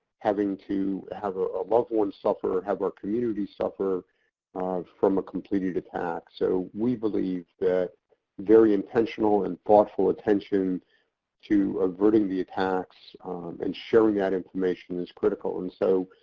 having to have a loved one suffer, have our community suffer from a completed attack. so, we believe that very intentional and thoughtful attention to averting the attacks and sharing that information is critical. and so,